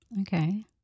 Okay